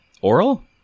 Oral